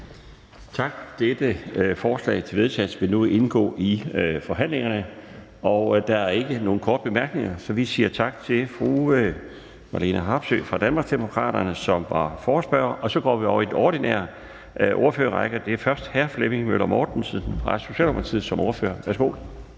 Tak. Dette forslag til vedtagelse vil indgå i forhandlingerne. Der er ikke nogen korte bemærkninger, så vi siger tak til fru Marlene Harpsøe fra Danmarksdemokraterne, som var ordfører for forespørgerne. Så går vi over til den ordinære ordførerrække, og det er først hr. Flemming Møller Mortensen som ordfører for Socialdemokratiet. Værsgo.